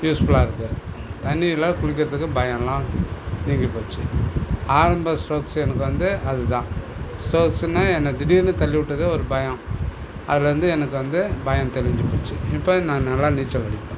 யூஸ்ஃபுல்லாக இருக்குது தண்ணியில் குளிக்கிறதுக்கு பயம்லாம் நீங்கி போச்சு ஆரம்ப ஸ்ட்ரோக்ஸு எனக்கு வந்து அது தான் ஸ்ட்ரோக்ஸுனால் என்னை திடீர்னு தள்ளி விட்டது ஒரு பயம் அதில் வந்து எனக்கு வந்து பயம் தெளிஞ்சு போச்சு இப்பவும் நான் நல்லா நீச்சல் அடிப்பேன்